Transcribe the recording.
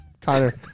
Connor